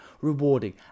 rewarding